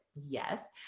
yes